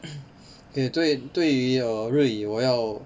okay 对对于 err 日语我要